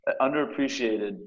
underappreciated